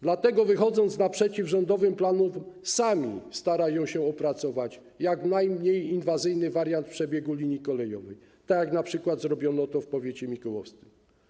Dlatego wychodząc naprzeciw rządowym planom sami starają się opracować jak najmniej inwazyjny wariant przebiegu linii kolejowej, tak jak np. zrobiono to w powiecie mikołowskim.